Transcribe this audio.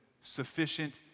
sufficient